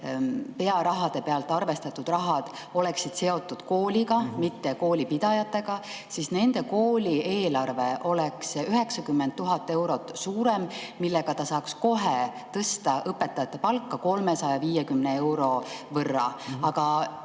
pearahade pealt arvestatud summad oleksid seotud kooliga, mitte koolipidajatega, siis nende kooli eelarve oleks 90 000 eurot suurem, millega ta saaks kohe tõsta õpetajate palka 350 euro võrra. Aga